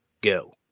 Go